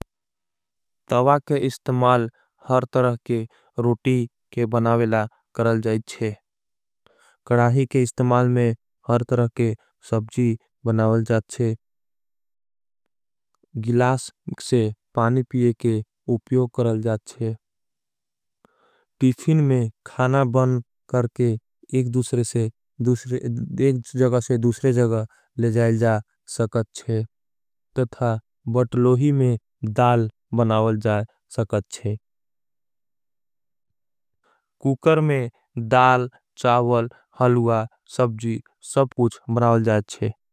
तवा के इस्तमाल हर तरह के रोटी के बनावला करल। जाएच्छे कडाही के इस्तमाल में हर तरह के सबजी। बनावल जाएच्छे गिलास से पानी पिये के उप्योग करल। जाएच्छे टीफिन में खाना बन करके एक जगसे दूसरे जगा। ले जाएच्छे तथा बतलोही में डाल बनावल जाएच्छे कूकर। में डाल चावल हलुवा सबजी सब पूछ बनावल जाएच्छे।